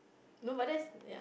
no but then ya